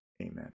Amen